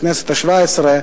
מהכנסת השבע-עשרה,